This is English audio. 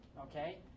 okay